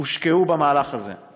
הושקעו במהלך הזה.